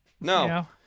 No